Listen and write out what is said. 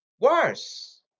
Worse